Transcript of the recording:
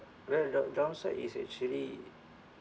where the downside is actually